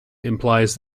implies